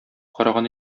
караган